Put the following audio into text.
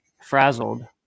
frazzled